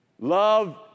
Love